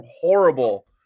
horrible